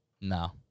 No